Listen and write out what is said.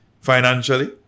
financially